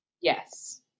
Yes